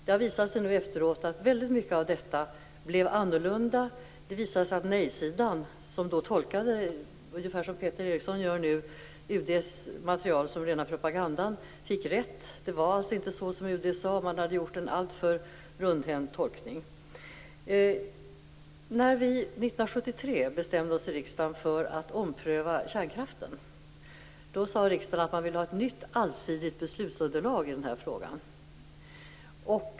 Det har visat sig att nej-sidan som då tolkade, precis som Peter Eriksson gör nu, UD:s material som rena propagandan fick rätt. Det var inte så som UD sade, utan en alltför rundhänt tolkning hade gjorts. När vi 1973 bestämde oss i riksdagen för att ompröva kärnkraften, sade riksdagen att det behövdes ett nytt allsidigt beslutsunderlag i frågan.